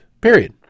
period